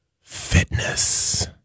fitness